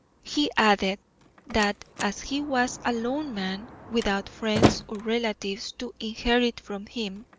he added that as he was a lone man, without friends or relatives to inherit from him,